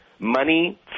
Money